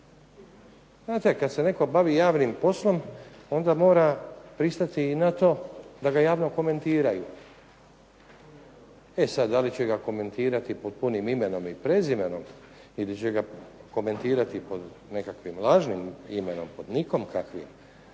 Znate, kad se netko bavi javnim poslom onda mora pristati i na to da ga javno komentiraju. E sad da li će ga komentirati pod punim imenom i prezimenom ili će ga komentirati pod nekakvim lažnim imenom, pod nickom kakvim